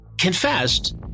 confessed